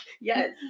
yes